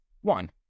one